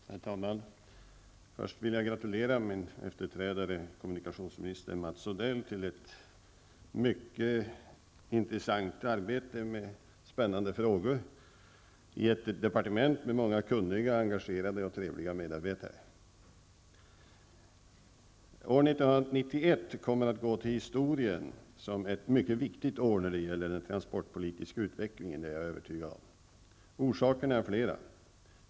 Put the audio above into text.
Herr talman! Först vill jag gratulera min efterträdare kommunikationsminister Mats Odell till ett mycket intressant arbete med många spännande frågor i ett departement med många kunniga, engagerade och trevliga medarbetare. År 1991 kommer att gå till historien som ett mycket viktigt år när det gäller den transportpolitiska utvecklingen. Det är jag övertygad om. Orsakerna är flera.